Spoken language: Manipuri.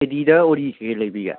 ꯑꯦꯗꯤꯗ ꯑꯣꯔꯤ ꯀꯩꯀꯩ ꯂꯩꯕꯤꯒꯦ